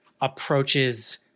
approaches